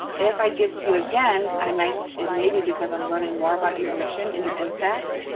if i give to you again, i might, it may be because i'm learning more about your mission and your impact,